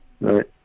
right